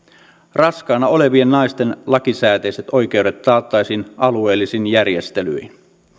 raskaana olevien naisten lakisääteiset oikeudet taattaisiin alueellisin järjestelyin